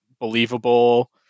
believable